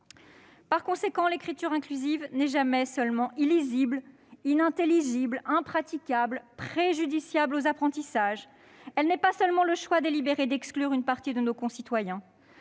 Par conséquent, l'écriture inclusive n'est pas seulement illisible, inintelligible, impraticable et préjudiciable aux apprentissages, pas uniquement le choix délibéré d'exclure une partie de nos concitoyens,